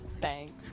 Thanks